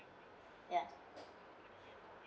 ya